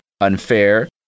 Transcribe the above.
unfair